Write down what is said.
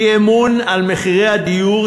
אי-אמון על מחירי הדיור,